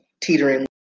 teetering